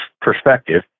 perspective